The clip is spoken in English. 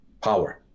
power